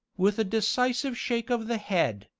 with a decisive shake of the head,